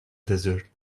desert